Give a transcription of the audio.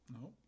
No